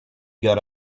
got